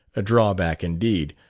a drawback indeed.